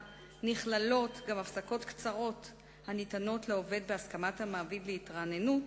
נכללות גם הפסקות קצרות הניתנות לעובד בהסכמת המעביד להתרעננות,